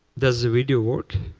does the video work?